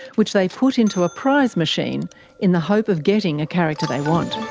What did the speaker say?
which they put into a prize machine in the hope of getting a character they want.